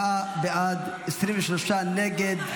54 בעד, 23 נגד.